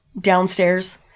downstairs